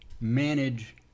manage